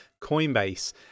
Coinbase